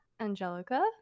angelica